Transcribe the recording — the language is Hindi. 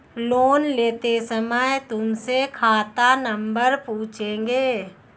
लोन लेते समय तुमसे खाता नंबर पूछेंगे